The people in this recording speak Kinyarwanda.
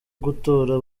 gutora